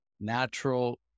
natural